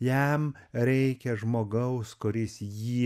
jam reikia žmogaus kuris jį